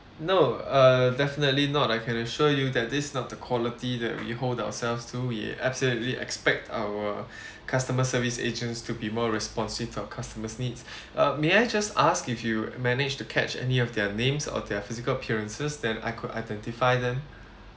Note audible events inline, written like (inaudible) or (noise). no uh definitely not I can assure you that this not the quality that we hold ourselves to we absolutely expect our (breath) customer service agents to be more responsive of our customer's needs uh may I just ask if you manage to catch any of their names or their physical appearances then I could identify them